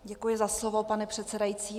Děkuji za slovo, pane předsedající.